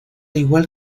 igual